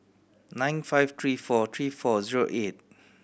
nine five three four three four zero eight